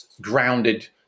grounded